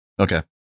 Okay